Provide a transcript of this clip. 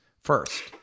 first